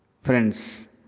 Friends